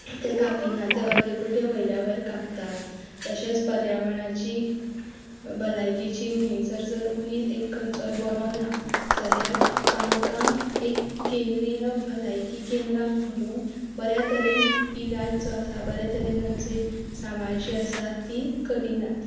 ते कापिना ते अर्दकुटे वयल्या वयर कापतात तशेंच पर्यावरणाची भलायकी उणीव जर मनीस एक खंयचोय बरो ना जाल्यार तांकां एक केंद्रीय भलायकी केंद्राक व्हरून बऱ्या तरेन इलाज जो आसा बऱ्या तरेन सांबाळ आसा ती करिनात